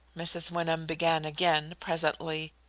mrs. wyndham began again, presently,